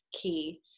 key